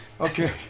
Okay